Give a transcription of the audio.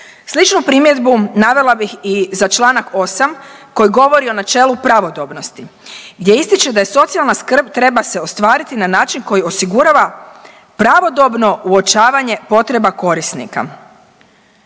Sličnu primjedbu navela bih i za čl. 8. koji govori o načelu pravodobnosti gdje ističe da je socijalna skrb treba se ostvariti na način koji osigurava pravodobno uočavanje potreba korisnika.